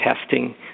testing